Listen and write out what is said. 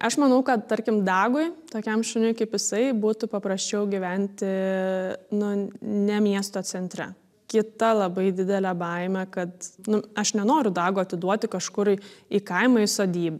aš manau kad tarkim dagui tokiam šuniui kaip jisai būtų paprasčiau gyventi nu ne miesto centre kita labai didelė baimė kad nu aš nenoriu dago atiduoti kažkur į kaimą į sodybą